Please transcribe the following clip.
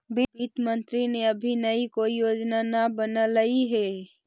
वित्त मंत्रित्व ने अभी कोई नई योजना न बनलई हे